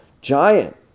giant